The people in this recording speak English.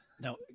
now